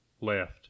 left